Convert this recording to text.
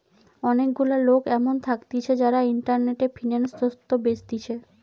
অনেক গুলা লোক এমন থাকতিছে যারা ইন্টারনেটে ফিন্যান্স তথ্য বেচতিছে